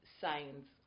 signs